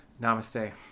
Namaste